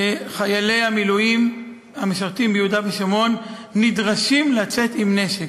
חיילי המילואים המשרתים ביהודה ושומרון נדרשים לצאת עם נשק,